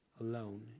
alone